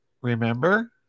remember